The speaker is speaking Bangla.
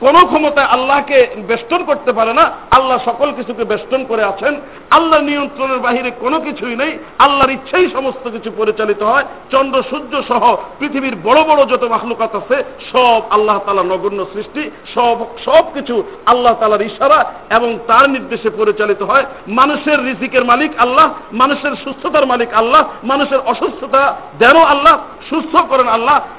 কোনো ক্ষমতায় আল্লাহকে বেষ্টন করতে পারে না, আল্লাহ সকল কিছুকে বেষ্টন করে আছেন, আল্লাহ নিয়ন্ত্রণের বাহিরে কোনো কিছুই নেই, আল্লাহর ইচ্ছেই সমস্ত কিছু পরিচালিত হয়, চন্দ্র সূর্য সহ পৃথিবীর বড় বড় যত মাখলুকাত আছে, সব আল্লাহ তাআলার নগণ্য সৃষ্টি, সব- সবকিছু আল্লাহ তাআলার ইশারা এবং তার নির্দেশে পরিচালিত হয়, মানুষের রিজিকের মালিক আল্লাহ, মানুষের সুস্থতার মালিক আল্লাহ, মানুষের অসুস্থতা দেনও আল্লাহ, সুস্থও করেন আল্লাহ,